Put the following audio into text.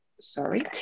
sorry